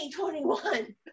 2021